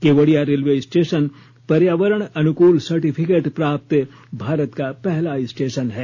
Kevadia railway station पर्यावरण अनुकूल certificate प्राप्त भारत का पहला स्टेशन है